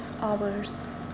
hours